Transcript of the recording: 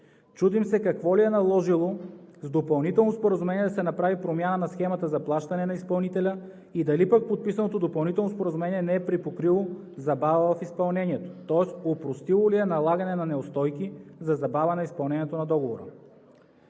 Чудим се какво ли е наложило с допълнително споразумение да се направи промяна на схемата за плащане на изпълнителя и дали пък подписаното допълнително споразумение не е припокрило забава в изпълнението, тоест опростило ли е налагане на неустойки за забава изпълнението на договора?